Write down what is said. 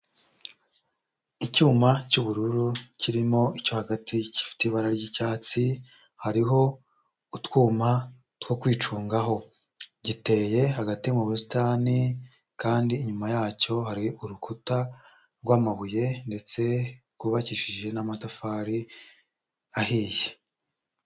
Icyuma cy'ubururu kirimo icyo hagati gifite ibara ry'icyatsi hariho utwuma two kwicungaho giteye hagati mu busitani kandi inyuma yacyo hari urukuta rw'amabuye ndetse rwubakishije n'amatafari ahiye.